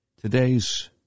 today's